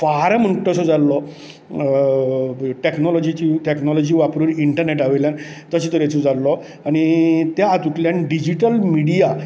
फार म्हणटा तसो जाल्लो टॅक्नोलाॅजीची टॅक्नोलाॅजी वापरून इंन्टरनेटांतल्यान तशें तरेचो जाल्लो आनी त्या हातूंतल्यान डिजीटल मिडीया